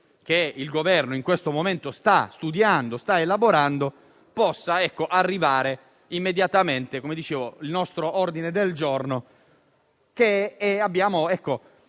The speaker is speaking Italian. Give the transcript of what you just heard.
che il Governo in questo momento sta studiando ed elaborando, possa arrivare immediatamente il nostro ordine del giorno,